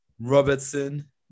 Robertson